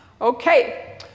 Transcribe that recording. Okay